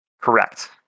Correct